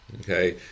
Okay